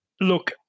Look